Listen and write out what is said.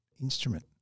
instrument